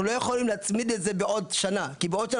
אנחנו לא יכולים להצמיד את זה בעוד שנה כי בעוד שנה